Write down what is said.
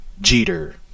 Jeter